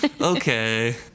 okay